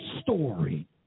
story